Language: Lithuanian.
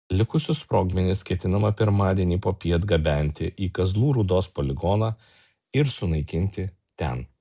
likusius sprogmenis ketinama pirmadienį popiet gabenti į kazlų rūdos poligoną ir sunaikinti ten